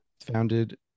founded